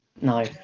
No